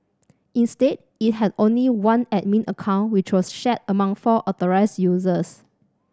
instead it had only one admin account which was shared among four authorised users